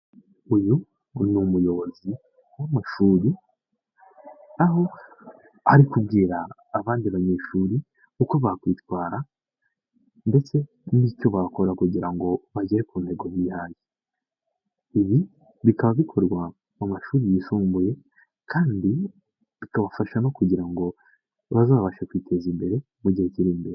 Uyu ni umuyobozi w'amashuri, aho ari kugira abandi banyeshuri uko bakwitwara ndetse n'icyo bakora kugira ngo bagere ku ntego bihaye. Ibi bikaba bikorwa mu mashuri yisumbuye kandi bikawufasha no kugira ngo bazabashe kwiteza imbere mu gihe kiri imbere.